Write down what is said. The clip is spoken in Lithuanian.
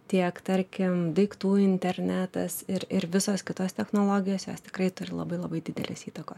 tiek tarkim daiktų internetas ir ir visos kitos technologijos jos tikrai turi labai labai didelės įtakos